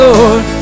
Lord